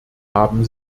haben